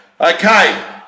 Okay